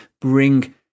bring